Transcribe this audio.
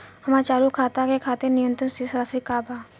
हमार चालू खाता के खातिर न्यूनतम शेष राशि का बा?